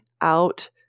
out